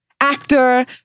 actor